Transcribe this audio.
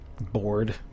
bored